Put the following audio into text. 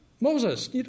Moses